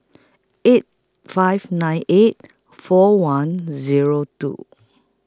eight five nine eight four one Zero two